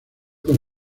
con